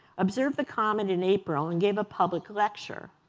observed the comet in april and gave a public lecture.